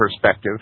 perspective